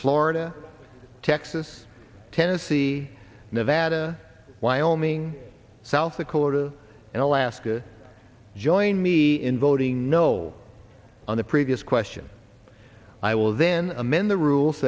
florida texas tennessee nevada wyoming south dakota and alaska join me in voting no on the previous question i will then amend the rules